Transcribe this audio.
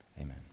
Amen